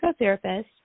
psychotherapist